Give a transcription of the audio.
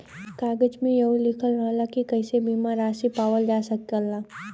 कागज में यहू लिखल रहला की कइसे बीमा रासी पावल जा सकला